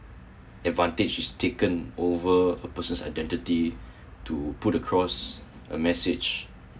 advantage is taken over a person's identity to put across a message